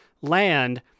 land